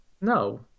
No